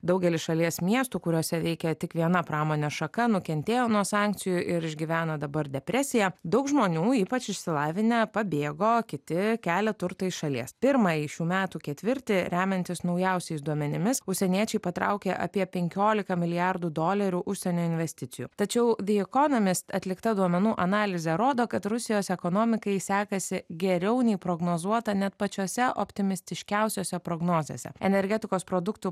daugelis šalies miestų kuriuose veikia tik viena pramonės šaka nukentėjo nuo sankcijų ir išgyvena dabar depresiją daug žmonių ypač išsilavinę pabėgo kiti kelia turtą iš šalies pirmąjį šių metų ketvirtį remiantis naujausiais duomenimis užsieniečiai patraukė apie penkiolika milijardų dolerių užsienio investicijų tačiau the economist atlikta duomenų analizė rodo kad rusijos ekonomikai sekasi geriau nei prognozuota net pačiose optimistiškiausiose prognozėse energetikos produktų